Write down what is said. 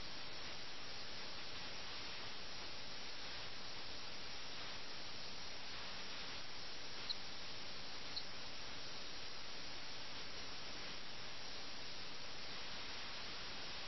ജീർണ്ണിച്ച മസ്ജിദ് നിങ്ങൾ ഓർക്കുന്നുവെങ്കിൽ ഇത് ഒരു തകർന്ന പള്ളിയാണ് പള്ളി ഈ രണ്ട് മനുഷ്യരെയും ഈ രണ്ട് പേരുടെയും മൃതദേഹങ്ങൾ നിരീക്ഷിക്കുന്നതായി തോന്നുന്നു അവ അവരുടെ വിധിയെ ശപിക്കുന്നതായി കാണപ്പെടുന്നു